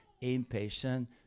impatient